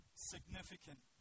significant